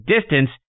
DISTANCE